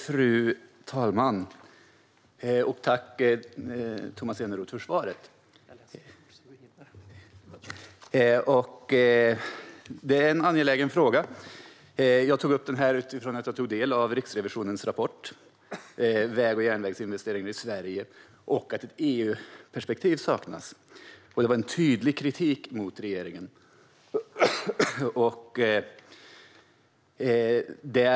Fru talman! Jag tackar Tomas Eneroth för svaret. Det är en angelägen fråga, och jag tog upp den efter att Riksrevisionen i sin rapport om väg och järnvägsinvesteringar i Sverige konstaterat att det saknas ett EU-perspektiv, vilket är en tydlig kritik mot regeringen.